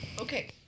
Okay